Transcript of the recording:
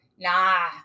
Nah